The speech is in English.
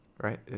right